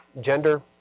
gender